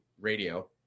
radio